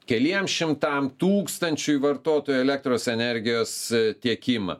keliem šimtam tūkstančiui vartotojų elektros energijos tiekimą